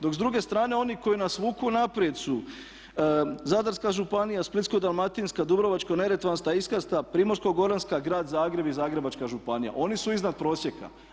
Dok s druge strane oni koji nas vuku naprijed su Zadarska županija, Splitsko-dalmatinska, Dubrovačko-neretvanska, Istarska, Primorsko-goranska, Grad Zagreb i Zagrebačka županija, oni su iznad prosjeka.